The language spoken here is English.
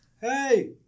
Hey